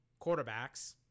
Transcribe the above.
Quarterbacks